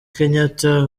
kenyatta